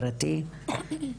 לשים מצלמות